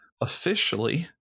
Officially